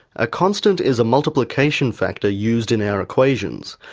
a constant is a multiplication factor used in our equations.